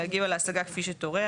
להגיב על ההשגה כפי שתורה,